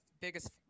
biggest